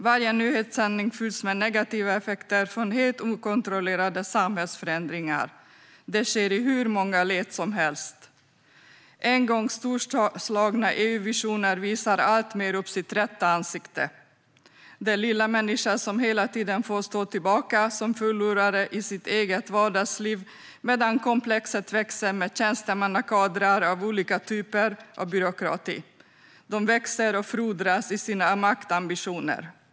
Varje nyhetssändning fylls med negativa effekter från helt okontrollerade samhällsförändringar. Det sker i hur många led som helst. En en gång i tiden storslagen EU-vision visar alltmer upp sitt rätta ansikte. Den lilla människan får hela tiden stå tillbaka som förlorare i sitt eget vardagsliv, medan komplexet med tjänstemannakadrar och olika typer av byråkrati växer. De växer och frodas i sina maktambitioner.